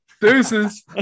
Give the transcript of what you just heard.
Deuces